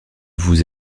vous